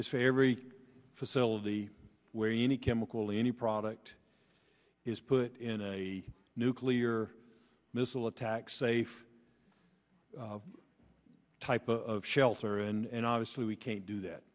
is fair every facility where any chemical any product is put in a nuclear missile attack safe type of shelter and obviously we can't do that